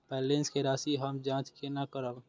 Balance के राशि हम जाँच केना करब?